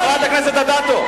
חברת הכנסת אדטו.